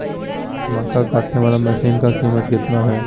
मक्का कटने बाला मसीन का कीमत कितना है?